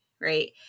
Right